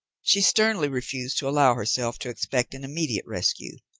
she sternly refused to allow herself to expect an immediate rescue.